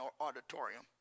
Auditorium